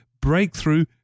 breakthrough